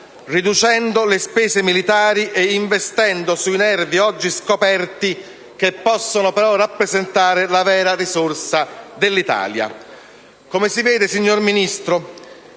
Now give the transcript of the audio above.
riducendo le spese militari e investendo sui nervi oggi scoperti, che possono però rappresentare la vera risorsa dell'Italia. Come si vede, signor Ministro,